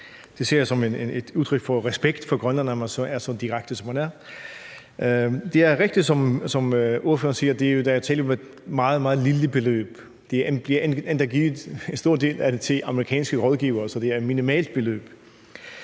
Jeg ser det som et udtryk for respekt for Grønland, at man så er så direkte, som man er. Det er rigtigt, som ordføreren siger, at der jo er tale om et meget, meget lille beløb, og der bliver endda givet en stor del af det til amerikanske rådgivere. Så det er et minimalt beløb.